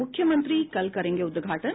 मुख्यमंत्री कल करेंगे उद्घाटन